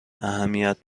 اهمیت